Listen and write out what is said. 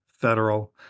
federal